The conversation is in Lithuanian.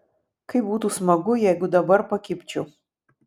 kaip būtų smagu jeigu dabar pakibčiau